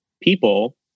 people